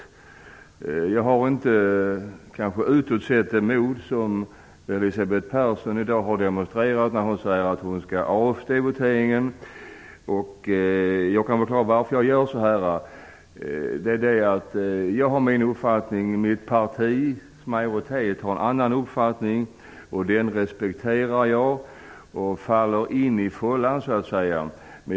Utåt sett har jag kanske inte det mod som Elisabeth Persson i dag demonstrerade när hon sade att hon skulle avstå vid voteringen. Anledningen till att jag gör så här är att jag har min uppfattning och att mitt parti har en annan uppfattning. Jag respekterar mitt partis uppfattning och faller så att säga in i fållan.